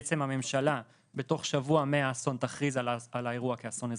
בעצם הממשלה תכריז בתוך שבוע על האירוע כאסון אזרחי,